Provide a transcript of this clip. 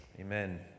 Amen